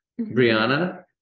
Brianna